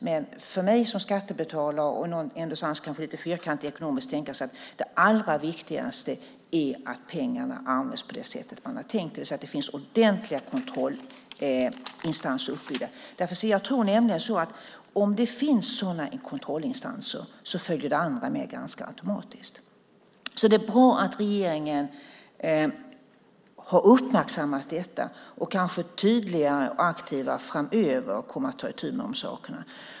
Men för mig som skattebetalare, och kanske med ett lite fyrkantigt ekonomiskt tänkande, är det allra viktigaste att pengarna används på det sätt man har tänkt, det vill säga att det finns ordentliga kontrollinstanser uppbyggda. Jag tror nämligen att om det finns sådana kontrollinstanser följer det andra med ganska automatiskt. Därför är det bra att regeringen har uppmärksammat detta och kanske tydligare och aktivare framöver kommer att ta itu med dessa saker.